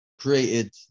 created